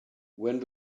when